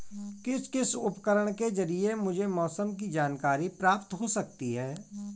किस किस उपकरण के ज़रिए मुझे मौसम की जानकारी प्राप्त हो सकती है?